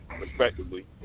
respectively